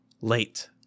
late